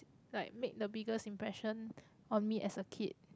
like make the biggest impression on me as a kid